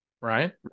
Right